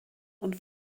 und